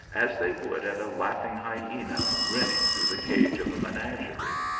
as they would at a laughing hyena grinning through the cage of a menagerie.